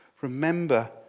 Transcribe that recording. Remember